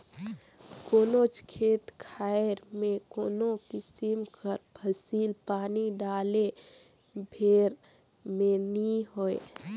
कोनोच खेत खाएर में कोनो किसिम कर फसिल पानी डाले भेर में नी होए